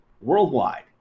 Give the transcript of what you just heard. worldwide